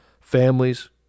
families